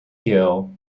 gill